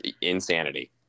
insanity